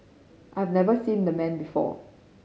I have never seen the man before